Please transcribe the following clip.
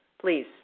please